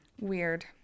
Weird